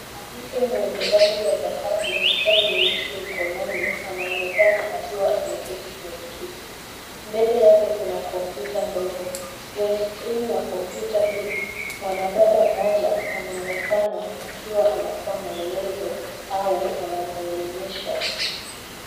Mwanamke mwenye rangi ya dhahabu na saa nyeusi mkononi anaonekana akiwa ameketi kwenye kiti. Mbele yake kuna kompyuta ndogo. Kwenye skrini ya kompyuta hii, mwanadada mmoja anaonekana akiwa anatoa maelezo au anamuelimisha.